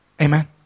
Amen